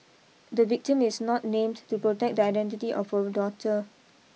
the victim is not named to protect the identity of her daughter